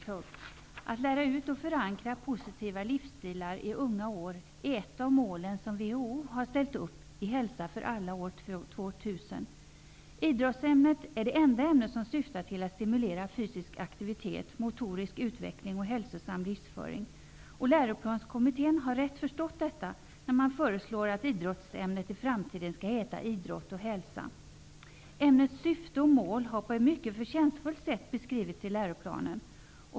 Att lära ut och förankra positiva livsstilar i unga år är ett av de mål som WHO har ställt upp i Hälsa för alla år 2000. Idrottsämnet är det enda ämnet som syftar till att stimulera fysisk aktivitet, motorisk utveckling och hälsosam livsföring. Läroplanskommittén har insett detta och föreslår att idrottsämnet i framtiden skall heta idrott och hälsa. Ämnets syfte och mål har på ett mycket förtjänstfullt sätt beskrivits i läroplanen.